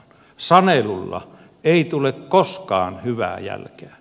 sanelulla ei tule koskaan hyvää jälkeä